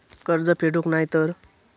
कर्ज फेडूक नाय तर?